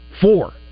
four